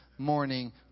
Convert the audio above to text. morning